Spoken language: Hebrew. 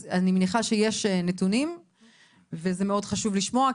אז אני מניחה שיש נתונים ומאוד חשוב לשמוע,